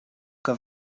que